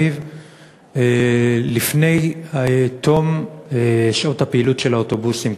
בתל-אביב לפני תום שעות הפעילות של האוטובוסים,